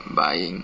buying